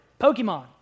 Pokemon